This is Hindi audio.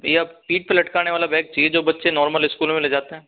भैया पीठ पर लटकाने वाला बैग चाहिए जो बच्चे नॉर्मल स्कूल में ले जाते हैं